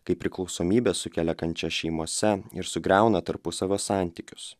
kaip priklausomybė sukelia kančią šeimose ir sugriauna tarpusavio santykius